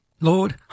Lord